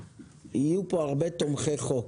יהיו פה הרבה תומכים בחוק.